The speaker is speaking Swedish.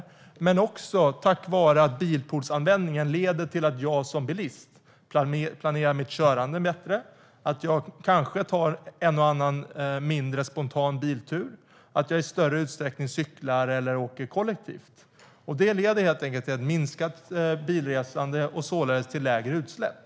Men det är också tack vare att bilpoolsanvändningen leder till att jag som bilist planerar mitt körande bättre. Jag kanske tar en och annan mindre spontan biltur och i större utsträckning cyklar eller åker kollektivt. Det leder helt enkelt till ett minskat bilresande och således till lägre utsläpp.